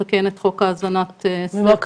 לתקן את חוק האזנת סתר --- ומה קרה?